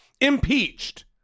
impeached